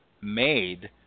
made